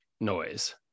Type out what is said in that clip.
noise